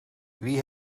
wie